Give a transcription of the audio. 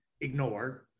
ignore